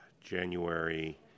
January